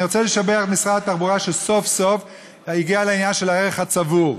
אני רוצה לשבח את משרד התחבורה שסוף-סוף הגיע לעניין של הערך הצבור,